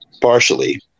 partially